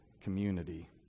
community